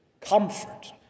Comfort